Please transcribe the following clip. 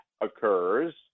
occurs